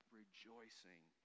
rejoicing